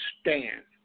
stand